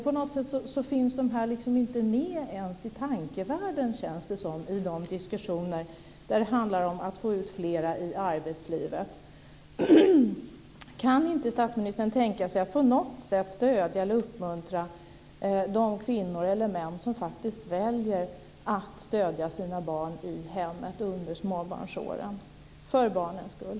På något sätt finns de inte med ens i tankevärlden, känns det som, i de diskussioner där det handlar om att få ut fler i arbetslivet. Kan inte statsministern tänka sig att på något sätt stödja eller uppmuntra de kvinnor eller män som faktiskt väljer att stödja sina barn i hemmet under småbarnsåren, för barnens skull?